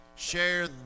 Share